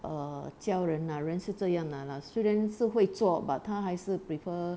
err 教人呐人是这样呐啦虽然是会做 but 他还是 prefer